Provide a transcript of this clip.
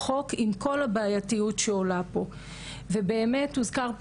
ההרחבה הנוספת מתוך הבנת התרחבות התופעה,